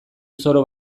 zoro